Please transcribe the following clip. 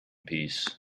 peace